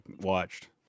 watched